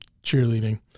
cheerleading